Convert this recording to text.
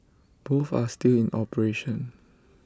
both are still in operation